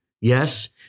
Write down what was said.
Yes